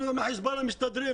אנחנו עם החיזבאללה מסתדרים,